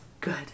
good